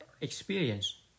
experience